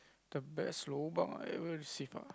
the best lobang I ever receive ah